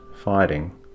fighting